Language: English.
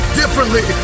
differently